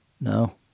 No